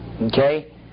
okay